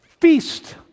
feast